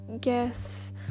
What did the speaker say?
guess